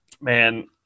Man